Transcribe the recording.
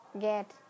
get